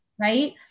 Right